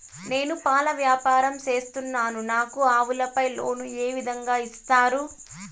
నేను పాల వ్యాపారం సేస్తున్నాను, నాకు ఆవులపై లోను ఏ విధంగా ఇస్తారు